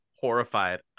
horrified